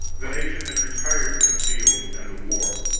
the nation has retired from the field and the war.